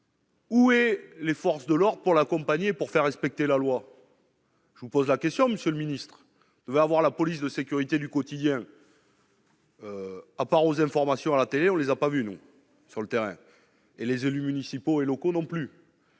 Oui, les forces de l'or pour l'accompagner pour faire respecter la loi. Je vous pose la question Monsieur le Ministre, va voir la police de sécurité du quotidien. à part aux informations à la télé, on les a pas vu nous, sur le terrain et les élus municipaux et locaux non plus